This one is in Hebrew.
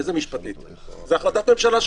איזה דרך משפטית, זו החלטת ממשלה.